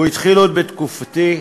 הוא התחיל עוד בתקופתי.